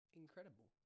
incredible